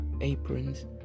aprons